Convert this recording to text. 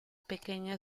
pequeña